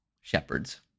shepherds